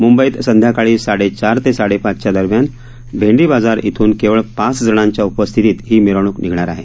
मुंबईत संध्याकाळी साडेचार ते साडेपाचच्या दरम्यान भैंडी बाजार इथून केवळ पाच जणांच्या उपस्थितीत ही मिरवणूक निघणार आहे